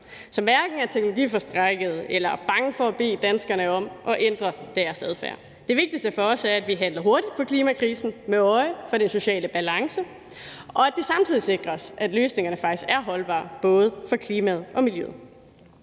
hverken er teknologiforskrækkede eller bange for at bede danskerne om at ændre deres adfærd. Det vigtigste for os er, at vi handler hurtigt på klimakrisen med øje for den sociale balance, og at det samtidig sikres, at løsningerne faktisk er holdbare for både klimaet og miljøet.